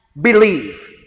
believe